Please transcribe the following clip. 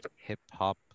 hip-hop